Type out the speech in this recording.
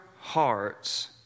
hearts